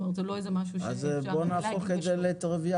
זה לא איזה משהו --- אז בוא נהפוך את זה לטריוויאלי,